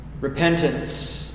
repentance